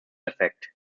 effekt